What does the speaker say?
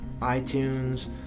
iTunes